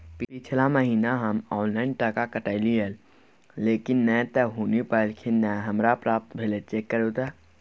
पिछला महीना हम ऑनलाइन टका कटैलिये लेकिन नय त हुनी पैलखिन न हमरा प्राप्त भेल, चेक करू त?